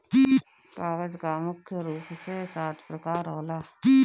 कागज कअ मुख्य रूप से सात प्रकार होला